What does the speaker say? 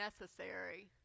necessary